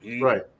Right